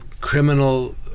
Criminal